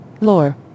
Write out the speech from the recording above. Lore